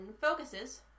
focuses